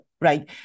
right